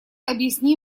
объясни